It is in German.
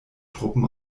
truppen